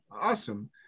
Awesome